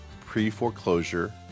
pre-foreclosure